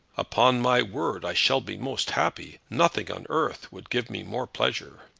upon my word i shall be most happy. nothing on earth would give me more pleasure.